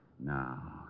Now